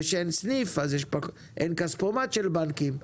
וכאשר אין סניף אין גם כספומט של בנקים,